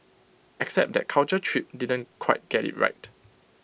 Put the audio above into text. except that Culture Trip didn't quite get IT right